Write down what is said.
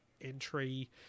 entry